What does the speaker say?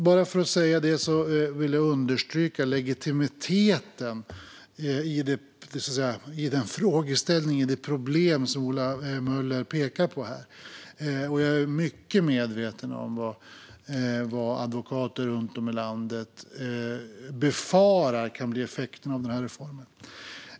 Genom att säga detta vill jag understryka legitimiteten i den frågeställning och det problem Ola Möller pekar på här. Jag är också mycket medveten om vad advokater runt om i landet befarar kan bli effekten av denna reform.